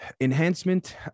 Enhancement